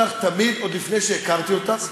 קודם כול, על שקיפות ועל מגבלת הוצאה.